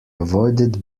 avoided